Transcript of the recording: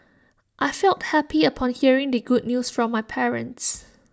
I felt happy upon hearing the good news from my parents